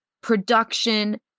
production